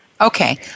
Okay